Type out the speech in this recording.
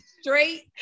straight